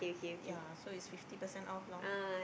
yea so is fifty percent of loh